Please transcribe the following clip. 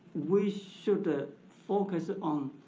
we should ah focus ah on